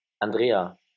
Andrea